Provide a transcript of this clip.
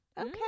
Okay